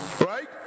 right